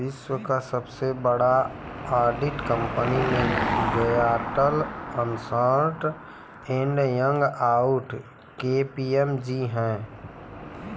विश्व क सबसे बड़ा ऑडिट कंपनी में डेलॉयट, अन्सर्ट एंड यंग, आउर के.पी.एम.जी हौ